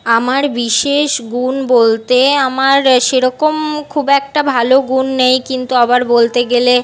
আমার বিশেষ গুণ বলতে আমার সে রকম খুব একটা ভালো গুণ নেই কিন্তু আবার বলতে গেলে